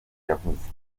yavuze